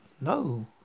no